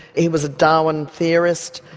he was a darwin theorist,